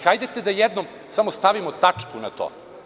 Hajdete da jednom stavimo tačku na to.